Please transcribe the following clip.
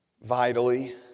vitally